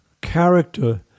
character